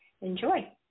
enjoy